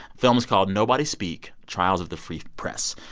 film is called nobody speak trials of the free press.